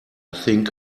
think